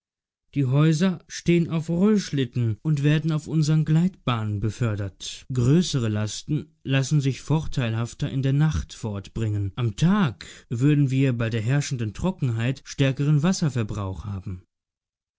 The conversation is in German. die häuser stehen auf rollschlitten und werden auf unsern gleitbahnen befördert größere lasten lassen sich vorteilhafter in der nacht fortbringen am tag würden wir bei der herrschenden trockenheit stärkeren wasserverbrauch haben